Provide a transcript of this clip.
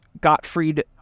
Gottfried